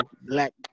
black